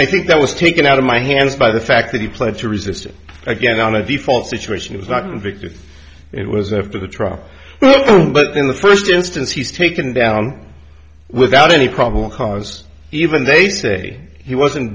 i think that was taken out of my hands by the fact that he pled to resisting again on a default situation is not an victory it was after the trial but in the first instance he's taken down without any problem cause even they say he wasn't